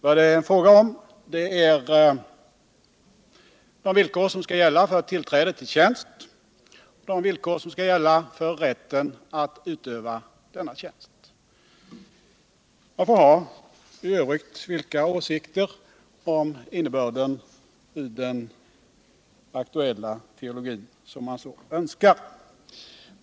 Vad frågan handlar om är de villkor som skall gälla för tillträde till tjänst och de villkor som skall gälla för rätten att utöva denna tjänst. Man må i övrigt ha vilka åsikter man vill om innebörden i den aktuella teologin.